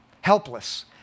helpless